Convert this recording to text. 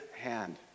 hand